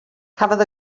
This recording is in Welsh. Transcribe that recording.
cafodd